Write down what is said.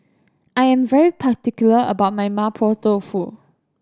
I am very particular about my Mapo Tofu